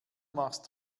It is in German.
machst